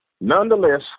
nonetheless